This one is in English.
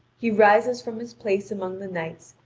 he rises from his place among the knights,